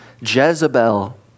Jezebel